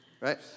Right